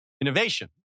innovation